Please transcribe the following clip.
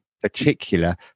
particular